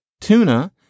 Tuna